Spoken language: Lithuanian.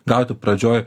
gauti pradžioj